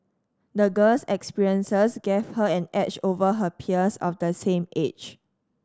the girl's experiences gave her an edge over her peers of the same age